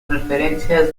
referencias